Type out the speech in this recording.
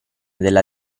della